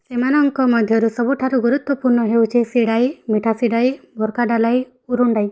ସେମାନଙ୍କ ମଧ୍ୟରୁ ସବୁଠାରୁ ଗୁରୁତ୍ୱପୂର୍ଣ୍ଣ ହେଉଛି ସିଡ଼ାଇ ମିଠା ସିଡ଼ାଇ ଭର୍କାଡାଲାଇ ଉରୁଣ୍ଡାଇ